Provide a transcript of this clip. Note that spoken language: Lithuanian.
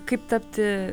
kaip tapti